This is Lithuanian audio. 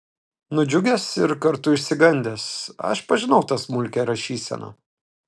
nudžiugęs ir kartu išsigandęs aš pažinau tą smulkią rašyseną